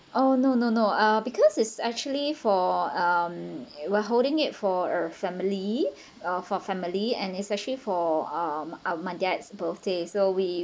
oh no no no uh because it's actually for um we're holding it for a family uh for family and especially for um our my dad's birthday so we